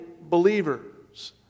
believers